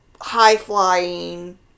high-flying